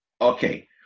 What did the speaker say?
okay